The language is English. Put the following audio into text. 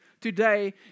today